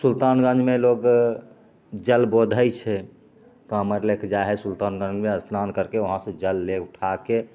सुल्तानगञ्जमे लोग जल बोधैत छै कामर लेके जाइ है सुल्तानगञ्जमे स्नान करके वहाँ से जल ले उठाके